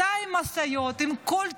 200 משאיות עם כל טוב,